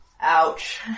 Ouch